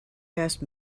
asked